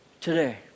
today